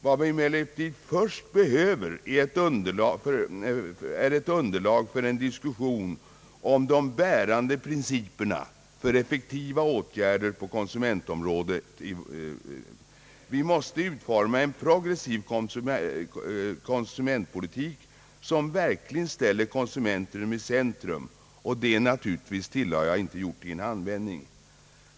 Vad vi emellertid först behöver är ett underlag för en diskussion om de bärande principerna för effektiva åtgärder på konsumentområdet. Vi måste utforma en progressiv konsumentpolitik som verkligen ställer konsumenten i centrum, och det är naturligtvis, tillade jag, inte gjort i en handvändning.